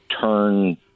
turn